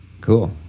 cool